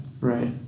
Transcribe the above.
right